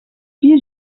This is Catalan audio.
pis